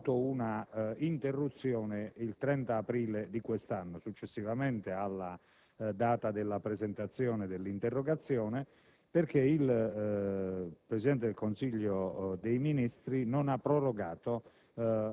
ha avuto un'interruzione il 30 aprile di quest'anno (successivamente dunque alla data di presentazione dell'interrogazione) perché il Presidente del Consiglio dei ministri non ha prorogato